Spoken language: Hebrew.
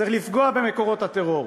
צריך לפגוע במקורות הטרור,